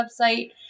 website